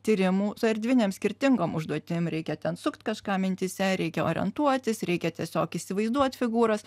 tyrimų su erdvinėm skirtingom užduotim reikia ten sukt kažką mintyse reikia orientuotis reikia tiesiog įsivaizduot figūras